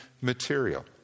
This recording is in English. material